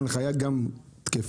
הנחיה גם תקפה,